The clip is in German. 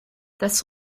das